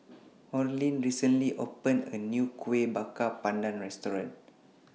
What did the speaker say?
Orlin recently opened A New Kueh Bakar Pandan Restaurant